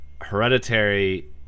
hereditary